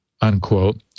unquote